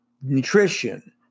nutrition